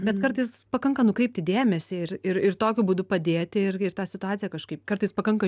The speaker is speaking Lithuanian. bet kartais pakanka nukreipti dėmesį ir ir ir tokiu būdu padėti ir ir tą situaciją kažkaip kartais pakanka